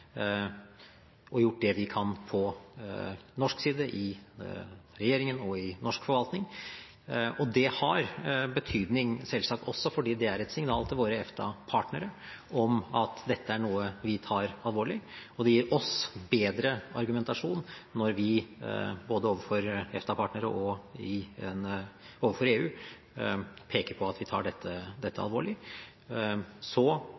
og gjort det vi kan på norsk side – i regjeringen og i norsk forvaltning. Det har selvsagt også betydning fordi det er et signal til våre EFTA-partnere om at dette er noe vi tar alvorlig. Det gir oss en bedre argumentasjon når vi både overfor EFTA-partnere og overfor EU peker på at vi tar dette alvorlig. Så